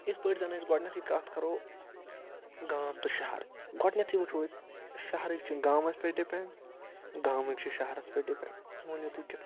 یِتھ پٲٹھۍ زَن أسۍ گۄڈٕنٮ۪تھٕے کَتھ کَرو گام تہٕ شَہر گۄڈٕنٮ۪تھٕے وٕچھو أسۍ شَہرٕکۍ چھِ گامَس پٮ۪ٹھ ڈِپٮ۪نٛڈ گامٕکۍ چھِ شَہرَس پٮ۪ٹھ ڈِپٮ۪نٛڈ ؤنِو تُہۍ کِتھ پٲٹھۍ